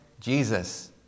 Jesus